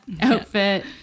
outfit